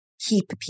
keep